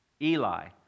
Eli